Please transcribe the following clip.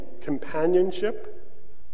companionship